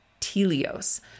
telios